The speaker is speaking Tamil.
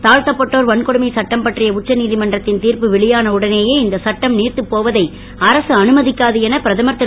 தாழ்த்தபட்டோர் வன்கொடுமை சட்டம் பற்றிய உச்சநீதமன்றத்தின் தீர்ப்பு வெளியான உடனேயே இந்த சட்டம் நீர்த்து போவதை அரசு அனுமதிக்காது என பிரதமர் திரு